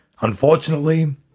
Unfortunately